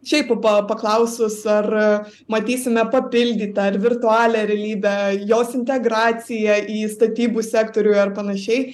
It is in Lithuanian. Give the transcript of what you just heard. šiaip pa paklausus ar matysime papildytą ar virtualią realybę jos integraciją į statybų sektorių ar panašiai